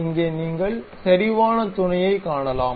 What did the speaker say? இங்கே நீங்கள் செறிவான துணையை காணலாம்